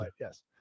Yes